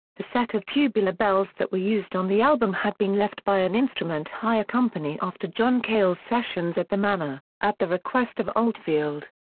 the set of tubular bells that were used on the album had been left by an instrument hire company after john cale's sessions at the manor, at the request of oldfield.